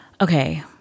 okay